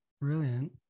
Brilliant